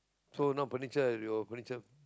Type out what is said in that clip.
so no furniture you furniture